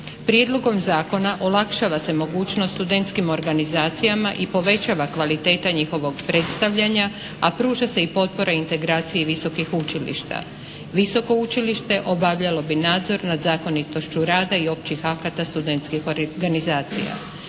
Prijedlogom zakona olakšava se mogućnost studentskim organizacijama i povećava kvaliteta njihovog predstavljanja, a pruža se i potpora integraciji visokih učilišta. Visoko učilište obavljalo bi nadzor nad zakonitošću rada i općih akata studentskih organizacija.